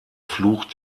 fluch